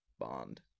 bond